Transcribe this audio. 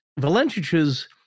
Valentich's